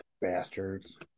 Bastards